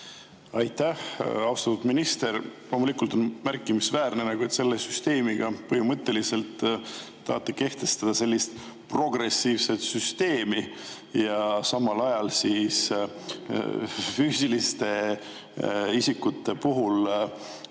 Aitäh! Austatud minister! Loomulikult on märkimisväärne, et te selle süsteemiga põhimõtteliselt tahate kehtestada progressiivset süsteemi. Aga samal ajal füüsiliste isikute puhul